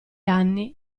anni